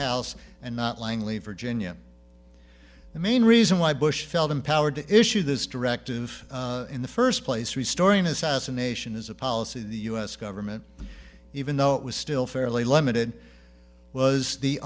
house and not langley virginia the main reason why bush felt empowered to issue this directive in the first place restoring assassination is a policy in the u s government even though it was still fairly limited was the